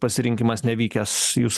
pasirinkimas nevykęs jūs